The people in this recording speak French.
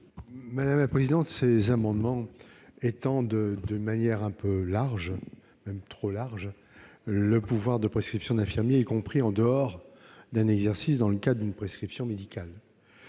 de la commission ? Ces amendements étendent de manière un peu large- trop large ! -le pouvoir de prescription de l'infirmier, y compris en dehors d'un exercice dans le cadre d'une prescription médicale.